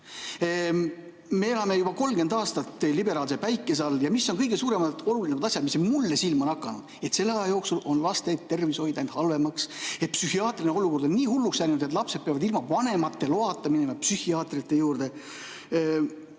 elame juba 30 aastat teie liberaalse päikese all. Ja mis on kõige suuremad ja olulisemad asjad, mis mulle silma on hakanud? Et selle aja jooksul on laste tervishoid läinud halvemaks. Psühhiaatriline olukord on nii hulluks läinud, et lapsed peavad ilma vanemate loata minema psühhiaatri juurde.